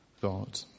God